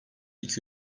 iki